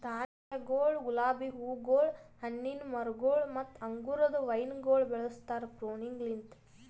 ಧಾನ್ಯಗೊಳ್, ಗುಲಾಬಿ ಹೂಗೊಳ್, ಹಣ್ಣಿನ ಮರಗೊಳ್ ಮತ್ತ ಅಂಗುರದ ವೈನಗೊಳ್ ಬೆಳುಸ್ತಾರ್ ಪ್ರೂನಿಂಗಲಿಂತ್